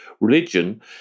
religion